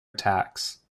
attacks